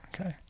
Okay